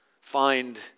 Find